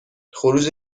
خروج